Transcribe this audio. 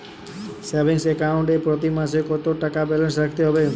Savings account এ প্রতি মাসে কতো টাকা ব্যালান্স রাখতে হবে?